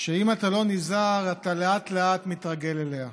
שאם אתה לא נזהר, אתה לאט-לאט מתרגל אליה.